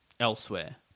Elsewhere